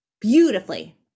beautifully